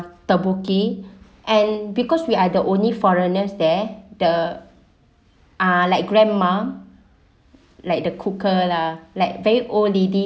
tteok-bokki and because we are the only foreigners there the ah like grandma like the cooker lah like very old lady